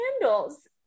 candles